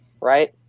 right